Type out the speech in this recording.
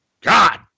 God